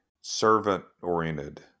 servant-oriented